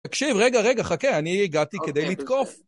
תקשיב, רגע, רגע, חכה, אני הגעתי כדי לתקוף.